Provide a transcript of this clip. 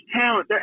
talent